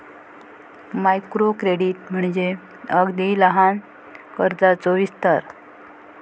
micro credit म्हणजे अगदी लहान कर्जाचो विस्तार